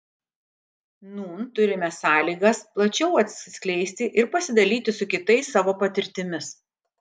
nūn turime sąlygas plačiau atsiskleisti ir pasidalyti su kitais savo patirtimis